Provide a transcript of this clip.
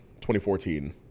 2014